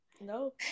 no